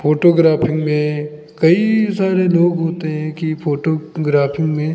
photography में कई सारे लोग होते हैं कि फ़ोटोग्राफ़ी में